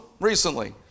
recently